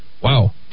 wow